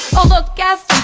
oh look, gas